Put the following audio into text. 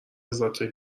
لذتهای